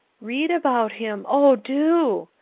read about him, o do,